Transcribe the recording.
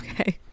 Okay